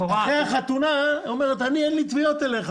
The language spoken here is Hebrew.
אחרי החתונה היא אומרת: אין לי תביעות אליך,